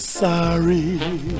sorry